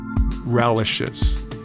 relishes